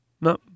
No